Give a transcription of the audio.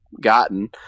gotten